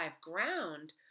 ground